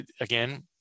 again